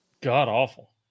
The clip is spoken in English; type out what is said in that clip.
God-awful